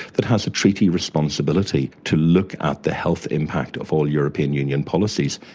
that has a treaty responsibility to look at the health impact of all european union policies.